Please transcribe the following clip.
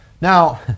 Now